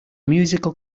musical